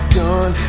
done